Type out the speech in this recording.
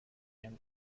and